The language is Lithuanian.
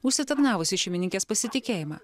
užsitarnavusi šeimininkės pasitikėjimą